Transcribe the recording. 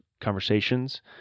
conversations